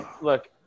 look